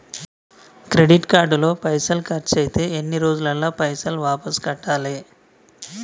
Credit card లో పైసల్ ఖర్చయితే ఎన్ని రోజులల్ల పైసల్ వాపస్ కట్టాలే?